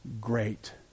great